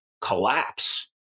collapse